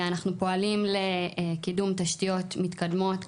אנחנו פועלים לקידום תשתיות מתקדמות,